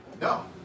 No